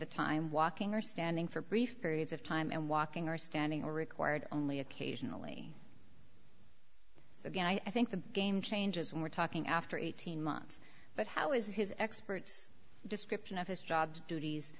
the time walking or standing for brief periods of time and walking or standing or required only occasionally so again i think the game changes we're talking after eighteen months but how is his expert's description of his job duties